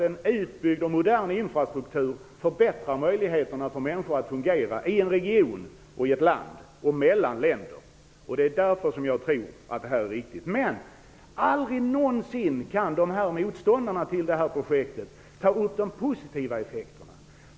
En utbyggd och modern infrastruktur förbättrar möjligheterna för människorna att fungera i en region och i ett land samt mellan länder. Det är därför som jag tror att det här är riktigt. Men aldrig någonsin kan motståndarna till projektet ta upp de positiva effekterna.